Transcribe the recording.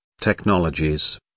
technologies